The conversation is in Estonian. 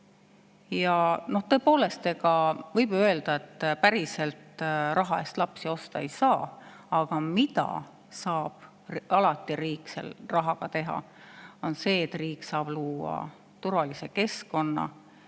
Tõepoolest võib ju öelda, et raha eest lapsi osta ei saa. Aga mida saab alati riik rahaga teha, on see, et riik saab luua turvalise keskkonna.